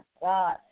God